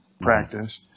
practice